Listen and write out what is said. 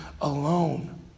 alone